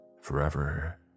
forever